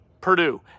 Purdue